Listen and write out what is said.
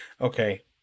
Okay